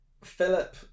Philip